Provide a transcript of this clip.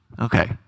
Okay